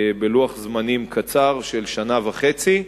בלוח זמנים קצר של שנה וחצי.